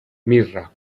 mirra